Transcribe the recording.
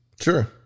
Sure